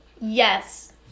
Yes